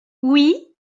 oui